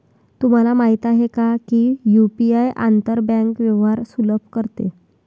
तुम्हाला माहित आहे का की यु.पी.आई आंतर बँक व्यवहार सुलभ करते?